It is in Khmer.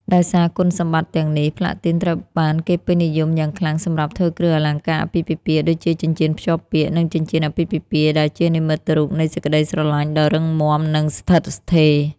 ដោយសារគុណសម្បត្តិទាំងនេះ ផ្លាទីនត្រូវបានគេពេញនិយមយ៉ាងខ្លាំងសម្រាប់ធ្វើគ្រឿងអលង្ការអាពាហ៍ពិពាហ៍ ដូចជាចិញ្ចៀនភ្ជាប់ពាក្យ និងចិញ្ចៀនអាពាហ៍ពិពាហ៍ ដែលជានិមិត្តរូបនៃសេចក្ដីស្រឡាញ់ដ៏រឹងមាំ និងស្ថិតស្ថេរ។